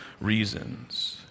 reasons